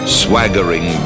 swaggering